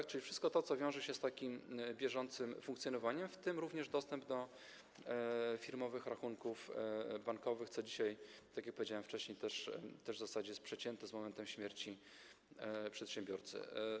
Będzie to wszystko to, co wiąże się z bieżącym funkcjonowaniem, w tym również dostęp do firmowych rachunków bankowych, co dzisiaj, tak jak powiedziałem wcześniej, w zasadzie jest przecięte w momencie śmierci przedsiębiorcy.